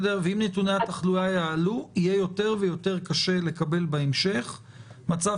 ואם נתוני התחלואה יעלו יהיה יותר ויותר קשה לקבל בהמשך מצב